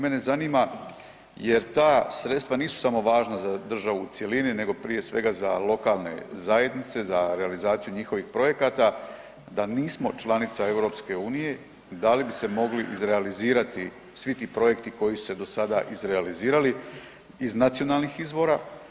Mene zanima jel ta sredstva nisu samo važna za državu u cjelini nego prije svega za lokalne zajednice, za realizaciju njihovih projekata da nismo članica EU da li bi se mogli izrealizirati svi ti projekti koji su se do sada izrealizirali iz nacionalnih izvora?